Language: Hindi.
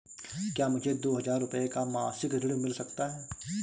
क्या मुझे दो हजार रूपए का मासिक ऋण मिल सकता है?